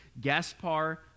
Gaspar